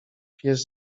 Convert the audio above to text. pies